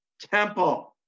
temple